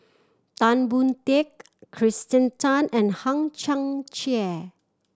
Tan Boon Teik Kirsten Tan and Hang Chang Chieh